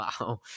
wow